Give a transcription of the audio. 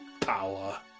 power